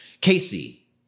Casey